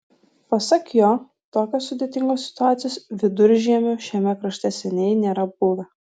pasak jo tokios sudėtingos situacijos viduržiemiu šiame krašte seniai nėra buvę